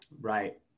Right